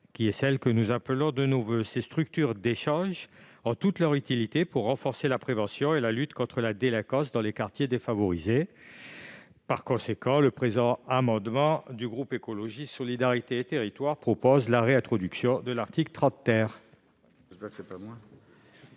de proximité que nous appelons de nos voeux. Ces structures d'échanges ont toute leur utilité pour renforcer la prévention et la lutte contre la délinquance dans les quartiers défavorisés. Par conséquent, le présent amendement du groupe Écologiste- Solidarité et Territoires vise à réintroduire l'article 30.